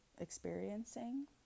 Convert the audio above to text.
experiencing